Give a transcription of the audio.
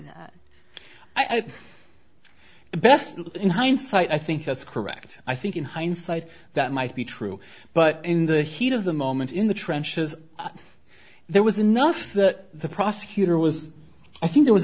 the best in hindsight i think that's correct i think in hindsight that might be true but in the heat of the moment in the trenches there was enough that the prosecutor was i think there was